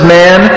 man